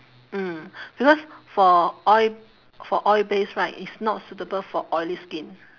mm because for oil for oil based right it's not suitable for oily skin